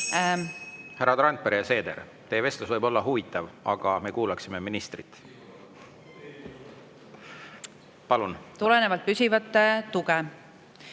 Härrad Randpere ja Seeder, teie vestlus võib olla huvitav, aga me kuulaksime ministrit. Palun! … püsivat tuge. Ja